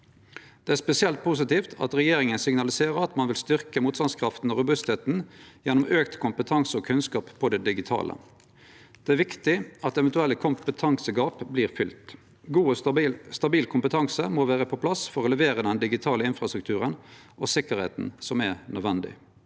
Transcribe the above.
Det er spesielt positivt at regjeringa signaliserer at ein vil styrkje motstandskrafta og gjere samfunnet meir robust gjennom auka kompetanse og kunnskap om det digitale. Det er viktig at eventuelle kompetansegap vert fylte. God og stabil kompetanse må vere på plass for å levere den digitale infrastrukturen og sikkerheita som er nødvendig.